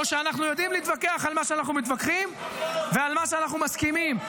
או שאנחנו יודעים להתווכח על מה שאנחנו מתווכחים ועל מה שאנחנו מסכימים.